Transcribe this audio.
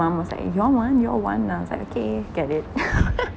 mum was like you all want you all want ah I was like okay get it